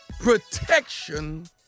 Protection